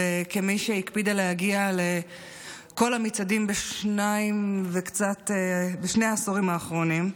וכמי שהקפידה להגיע לכל המצעדים בשני העשורים האחרונים,